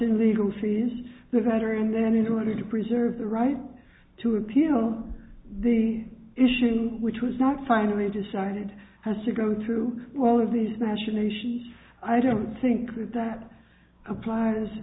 in legal fees the rider and then in order to preserve the right to appeal the issue which was not finally decided as we go through all of these machinations i don't think that that applies